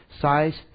Size